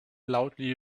loudly